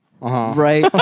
right